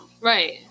Right